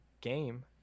game